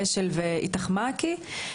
השל ו"איתך מעכי",